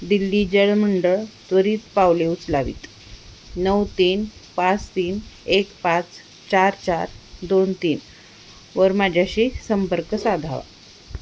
दिल्ली जलमंडळ त्वरित पावले उचलावीत नऊ तीन पाच तीन एक पाच चार चार दोन तीनवर माझ्याशी संपर्क साधावा